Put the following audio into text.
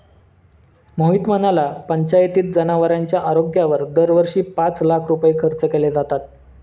मोहित म्हणाला, पंचायतीत जनावरांच्या आरोग्यावर दरवर्षी पाच लाख रुपये खर्च केले जातात